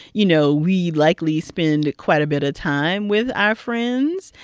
you know, we likely spend quite a bit of time with our friends,